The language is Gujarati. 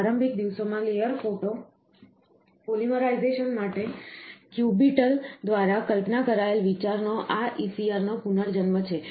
પ્રારંભિક દિવસોમાં લેયર ફોટો પોલિમરાઇઝેશન માટે ક્યુબિટલ દ્વારા કલ્પના કરાયેલ વિચારનો આ ECR નો પુનર્જન્મ છે